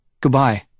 Goodbye